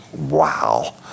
Wow